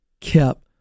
kept